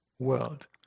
world